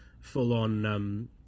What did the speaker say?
full-on